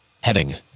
heading